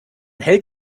hält